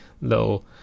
little